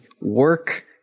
work